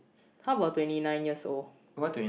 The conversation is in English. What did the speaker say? how about twenty nine years old